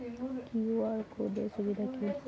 QR code এর সুবিধা কি?